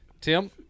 Tim